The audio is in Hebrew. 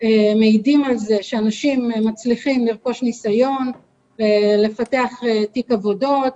מעידים על זה שאנשים מצליחים לרכוש ניסיון ולפתח תיק עבודות,